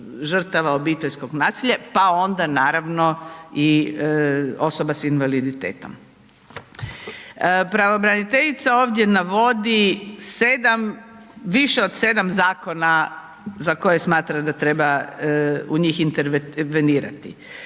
obiteljskog nasilja, pa onda naravno i osoba s invaliditetom. Pravobraniteljica ovdje navodi 7, više od 7 zakona za koje smatra da treba u njih intervenirati.